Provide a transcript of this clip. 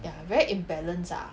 ya very imbalance ah